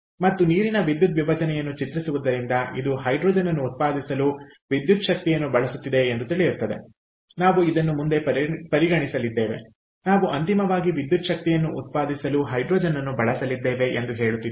ಮತ್ತು ನೀರಿನ ವಿದ್ಯುದ್ವಿಭಜನೆಯನ್ನು ಚಿತ್ರಿಸುವುದರಿಂದ ಇದು ಹೈಡ್ರೋಜನ್ ಅನ್ನು ಉತ್ಪಾದಿಸಲು ವಿದ್ಯುತ್ ಶಕ್ತಿಯನ್ನು ಬಳಸುತ್ತಿದೆಎಂದು ತಿಳಿಯುತ್ತದೆ ನಾವು ಇದನ್ನು ಮುಂದೆ ಪರಿಗಣಿಸಲಿದ್ದೇವೆ ನಾವು ಅಂತಿಮವಾಗಿ ವಿದ್ಯುತ್ ಶಕ್ತಿಯನ್ನು ಉತ್ಪಾದಿಸಲು ಹೈಡ್ರೋಜನ್ಅನ್ನು ಬಳಸಲಿದ್ದೇವೆ ಎಂದು ಹೇಳುತ್ತಿದ್ದೇವೆ